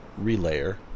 Relayer